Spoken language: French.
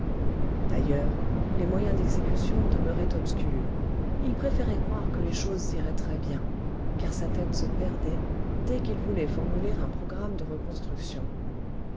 d'ailleurs les moyens d'exécution demeuraient obscurs il préférait croire que les choses iraient très bien car sa tête se perdait dès qu'il voulait formuler un programme de reconstruction